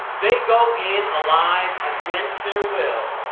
they go in alive, against their will,